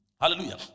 Hallelujah